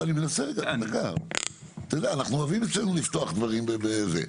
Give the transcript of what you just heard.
אתה יודע, אנחנו אוהבים אצלנו לפתוח דברים וזה.